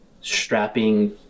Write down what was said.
strapping